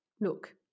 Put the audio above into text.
Look